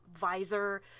visor